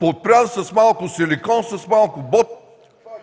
Подпрян с малко силикон, с малко ботокс…